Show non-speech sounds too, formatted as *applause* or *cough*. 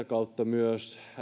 *unintelligible* kautta myös